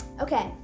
Okay